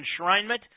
enshrinement